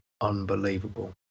unbelievable